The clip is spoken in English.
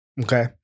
Okay